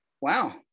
wow